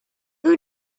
who